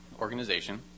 organization